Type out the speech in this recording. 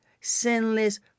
sinless